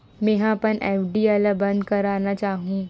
मेंहा अपन एफ.डी ला बंद करना चाहहु